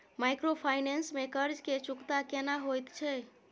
Microfinance में कर्ज के चुकता केना होयत छै?